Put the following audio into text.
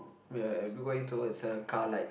we are are we going towards a car like